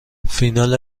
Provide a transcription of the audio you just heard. فینال